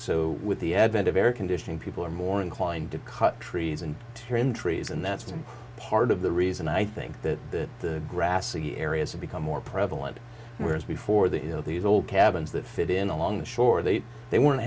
so with the advent of air conditioning people are more inclined to cut trees and tearin trees and that's part of the reason i think that the grassy areas have become more prevalent whereas before the you know these old cabins that fit in along the shore they they weren't